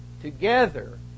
together